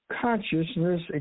consciousness